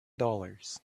dollars